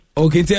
okay